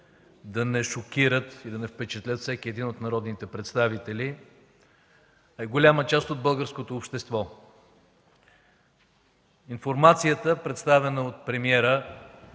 да не шокират и да не впечатлят всеки един от народните представители и голяма част от българското общество. Информацията, представена от премиера,